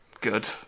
good